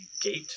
gate